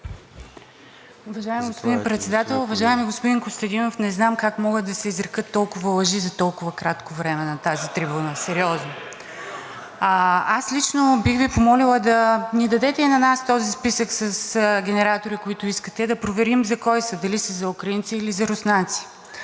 Уважаеми господин Председател! Уважаеми господин Костадинов, не знам как могат да се изрекат толкова лъжи за толкова кратко време от тази трибуна, сериозно. (Шум и реплики от ВЪЗРАЖДАНЕ.) Аз лично бих Ви помолила да ни дадете и на нас този списък с генератори, които искате, да проверим за кого са – дали са за украинци, или за руснаци?